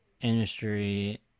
industry